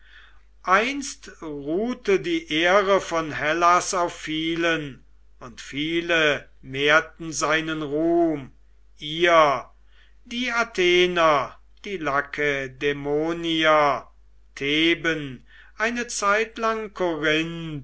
einst ruhte die ehre von hellas auf vielen und viele mehrten seinen ruhm ihr die athener die lakedämonier theben eine zeitlang